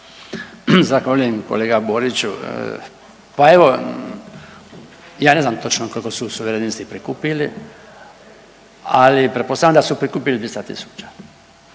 Zahvaljujem kolega Boriću, pa evo ja ne znam točno koliko su suverenisti prikupli, ali pretpostavljam da su prikupili 200.000 tisuća.